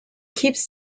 keeps